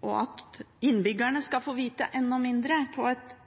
og at innbyggerne skal få vite enda mindre på et